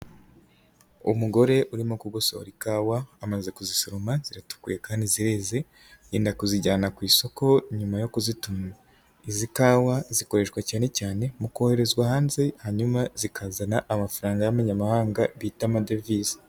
Umugore urimo kugosora ikawa, amaze kuzisoroma, ziratuku kandi zireze, yenda kuzijyana ku isoko nyuma yo kuzitunganya, izi kawa zikoreshwa cyane cyane mu koherezwa hanze, hanyuma zikazana amafaranga y'abanyamahanga bita amadevize.